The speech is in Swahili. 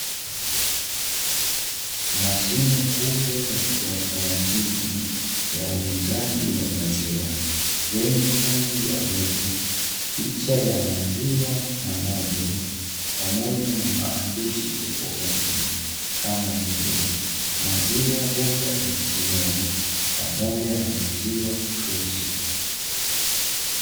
Mashine kubwa ya kiautomatiki ya uuzaji wa maziwa, yenye rangi ya bluu, picha ya maziwa na ng'ombe pamoja na maandishi tofauti kama vile "maziwa bora ATM" pamoja na "Maziwa Fresh".